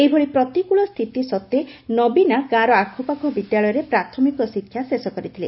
ଏଭଳି ପ୍ରତିକୁଳ ସ୍ଷିତି ସତ୍ତ୍ୱେ ନବୀନା ଗାଁର ଆଖପାଖ ବିଦ୍ୟାଳୟରେ ପ୍ରାଥମିକ ଶିକ୍ଷା ଶେଷ କରିଥିଲେ